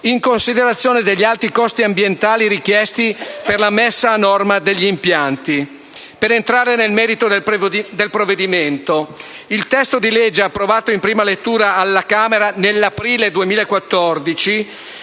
in considerazione degli alti costi ambientali richiesti per la messa a norma degli impianti. Entrando nel merito del provvedimento in esame, il disegno di legge approvato in prima lettura alla Camera dei